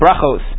brachos